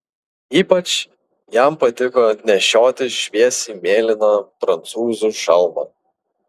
ypač jam patiko nešioti šviesiai mėlyną prancūzų šalmą